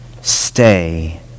stay